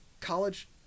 college